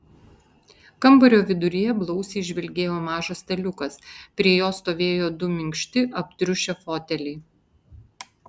kambario viduryje blausiai žvilgėjo mažas staliukas prie jo stovėjo du minkšti aptriušę foteliai